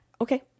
Okay